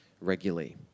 regularly